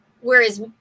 Whereas